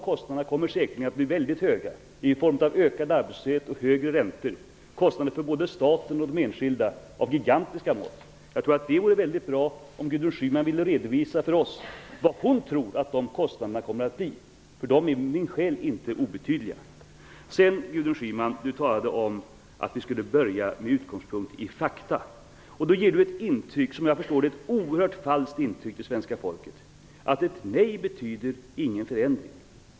Kostnaderna kommer säkerligen att bli mycket höga, i form av ökad arbetslöshet och högre räntor. Det är kostnader för både staten och de enskilda av gigantiska mått. Det vore bra om Gudrun Schyman ville redovisa för oss hur stora hon tror att dessa kostnader kommer att bli. De är min själ inte obetydliga. Gudrun Schyman sade att vi skulle ha våra utgångspunkter i fakta. Svenska folket får ett oerhört falskt intryck när hon säger att ett nej inte betyder någon förändring.